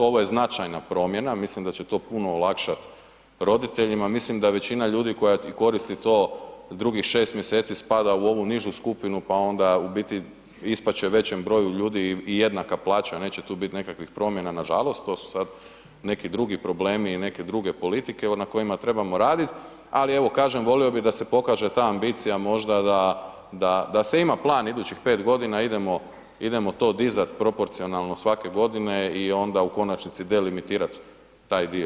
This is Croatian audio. Ovo je značajna promjena, mislim da će to puno olakšati roditeljima, mislim da većina ljudi koji koristi to drugih 6 mjeseci spada u ovu nižu skupinu pa onda u biti ispast će većem broju jednaka plaća, neće tu biti nekakvih promjena, nažalost to su sad neki drugi problemi i neke druge politike na kojima trebamo raditi, ali evo, kažem, volio bih da se pokaže ta ambicija možda da da se ima plan idućih 5 godina, idemo to dizati proporcionalno svake godine i onda u konačnici delimitirati taj dio.